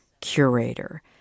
curator